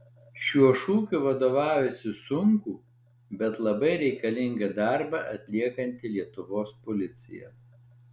šiuo šūkiu vadovaujasi sunkų bet labai reikalingą darbą atliekanti lietuvos policija